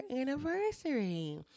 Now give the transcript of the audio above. anniversary